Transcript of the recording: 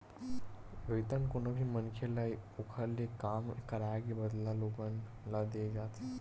वेतन कोनो भी मनखे ल ओखर ले काम कराए के बदला लोगन ल देय जाथे